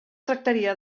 tractaria